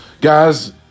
guys